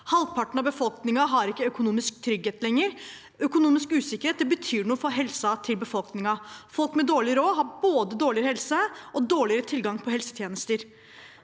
Halvparten av befolkningen har ikke økonomisk trygghet lenger. Økonomisk usikkerhet betyr noe for helsen til befolkningen. Folk med dårlig råd har både dårligere helse og dårligere tilgang på helsetjenester.